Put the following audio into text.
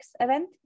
event